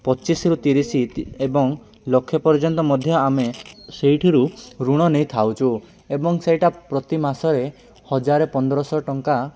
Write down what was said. ପଚିଶରୁୁ ତିରିଶ ଏବଂ ଲକ୍ଷେ ପର୍ଯ୍ୟନ୍ତ ମଧ୍ୟ ଆମେ ସେହିଥିରୁ ଋଣ ନେଇଥାଉଛୁ ଏବଂ ସେହିଟା ପ୍ରତି ମାସରେ ହଜାରେ ପନ୍ଦରଶହ ଟଙ୍କା